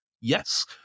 yes